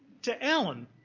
to allen,